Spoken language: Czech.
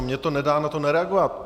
Mně to nedá na to nereagovat.